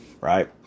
Right